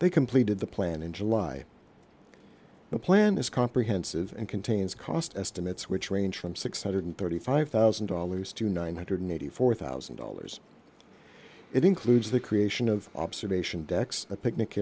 they completed the plan in july the plan is comprehensive and contains cost estimates which range from six hundred and thirty five thousand dollars to nine hundred and eighty four thousand dollars it includes the creation of observation decks a picnic